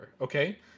okay